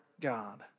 God